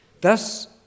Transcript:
Thus